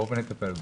בואו ונטפל בו.